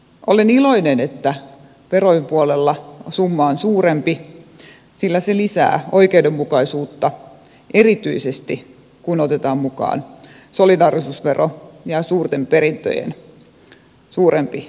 olen iloinen että verojen puolella summa on suurempi sillä se lisää oikeudenmukaisuutta erityisesti kun otetaan mukaan solidaarisuusvero ja suurten perintöjen suurempi verotus